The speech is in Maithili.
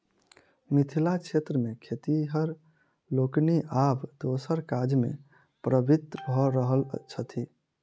मिथिला क्षेत्र मे खेतिहर लोकनि आब दोसर काजमे प्रवृत्त भ रहल छथि